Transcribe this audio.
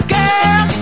girl